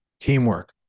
teamwork